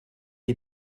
est